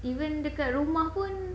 even dekat rumah pun